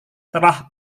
telah